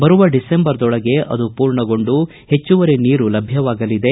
ಬರುವ ಡಿಸೆಂಬರ್ದೊಳಗೆ ಅದು ಪೂರ್ಣಗೊಂಡು ಹೆಚ್ಚುವರಿ ನೀರು ಲಭ್ಯವಾಗಲಿದೆ